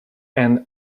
and